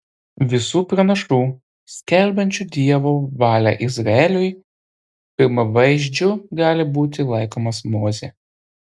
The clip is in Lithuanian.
visų pranašų skelbiančių dievo valią izraeliui pirmavaizdžiu gali būti laikomas mozė